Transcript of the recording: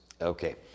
Okay